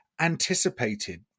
anticipated